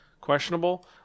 questionable